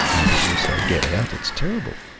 and people will say, get out it's terrible.